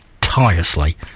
tirelessly